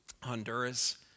Honduras